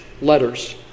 letters